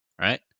right